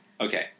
Okay